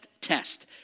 test